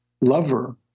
lover